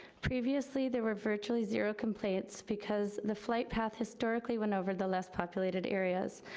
previously, there were virtually zero complaints because the flight path historically went over the less populated areas.